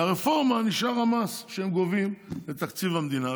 מהרפורמה נשאר המס שהם גובים לתקציב המדינה.